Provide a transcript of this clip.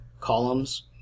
columns